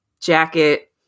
jacket